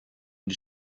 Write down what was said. und